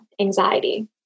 anxiety